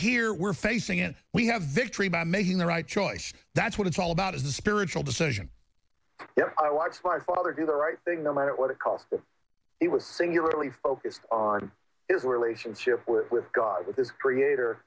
here we're facing it we have victory by making the right choice that's what it's all about is a spiritual decision i watched my father do the right thing no matter what it cost and it was singularly focused on is where lation ship with with god with his creator